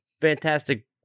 fantastic